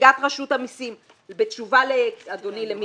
נציגת רשות המסים בתשובה לאדוני חבר הכנסת